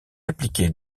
appliquée